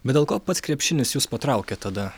bet dėl ko pats krepšinis jus patraukė tada